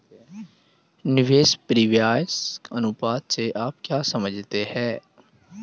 निवेश परिव्यास अनुपात से आप क्या समझते हैं?